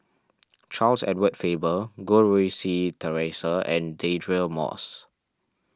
Charles Edward Faber Goh Rui Si theresa and Deirdre Moss